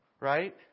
Right